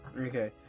Okay